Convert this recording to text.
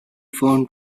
found